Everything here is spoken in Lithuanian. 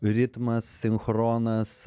ritmas sinchronas